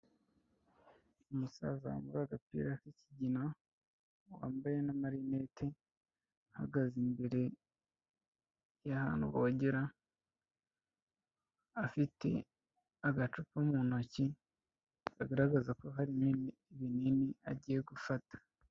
Umusaza wambaye agapira k'ikigina, wambaye n'amarinete, ahagaze imbere y'ahantu bogera, afite agacupa mu ntoki, bigaragaza ko harimo ibinini agiye gufata.